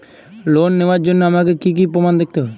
Loan নেওয়ার জন্য আমাকে কী কী প্রমাণ দেখতে হবে?